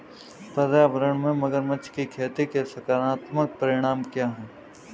पर्यावरण में मगरमच्छ की खेती के सकारात्मक परिणाम क्या हैं?